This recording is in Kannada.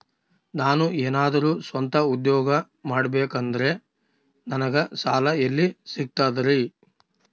ನಾನು ಏನಾದರೂ ಸ್ವಂತ ಉದ್ಯೋಗ ಮಾಡಬೇಕಂದರೆ ನನಗ ಸಾಲ ಎಲ್ಲಿ ಸಿಗ್ತದರಿ?